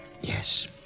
Yes